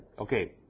Okay